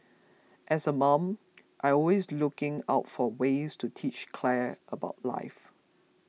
as a mom I always looking out for ways to teach Claire about life